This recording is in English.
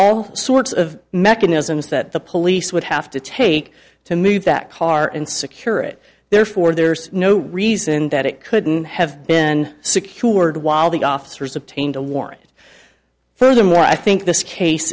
all sorts of mechanisms that the police would have to take to move that car and secure it therefore there's no reason that it couldn't have been secured while the officers obtained a warrant it furthermore i think this case